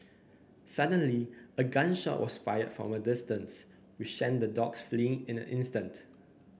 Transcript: suddenly a gun shot was fired from a distance which sent the dogs fleeing in an instant